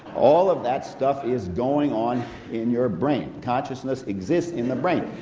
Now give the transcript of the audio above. all of that stuff is going on in your brain. consciousness exists in the brain.